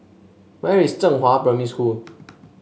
where is Zhenghua Primary School